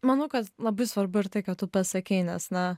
manau kad labai svarbu ir tai ką tu pasakei nes na